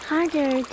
harder